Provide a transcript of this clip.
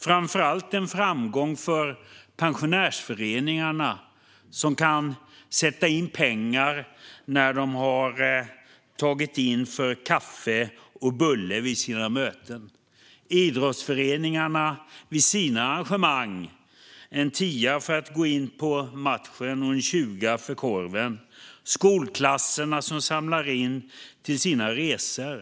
Framför allt är det en framgång för pensionärsföreningarna som kan sätta in pengar när de har tagit in för kaffe och bulle vid sina möten, för idrottsföreningarna som vid sina arrangemang har tagit en tia för att gå in på matchen och en tjuga för korven och för skolklasserna som samlar in till sina resor.